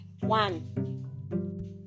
One